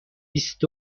بیست